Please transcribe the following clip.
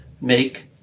make